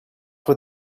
with